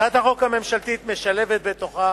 הצעת החוק הממשלתית משלבת בתוכה